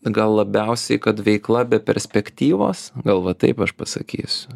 gal labiausiai kad veikla be perspektyvos gal va taip aš pasakysiu